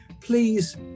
Please